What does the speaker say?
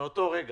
מאותו רגע,